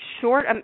short